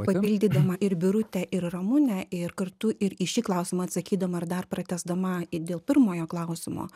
papildydama ir birutę ir ramunę ir kartu ir į šį klausimą atsakydama ar dar pratęsdama dėl pirmojo klausimo